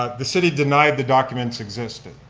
ah the city denied the documents existed.